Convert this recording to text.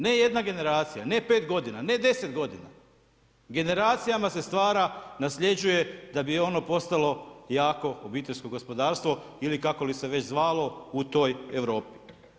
Ne jedna generacija, ne pet godina, ne deset godina, generacijama se stvara nasljeđuje da bi ono postalo jako obiteljsko gospodarstvo ili kako li se već zvalo u toj Europi.